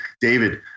David